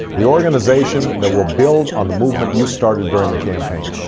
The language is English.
the organisation that will build on the movement you started during the campaign.